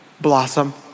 blossom